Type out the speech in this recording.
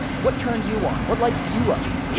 what turns you on? what lights you up?